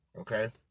okay